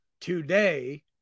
today